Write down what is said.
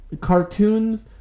cartoons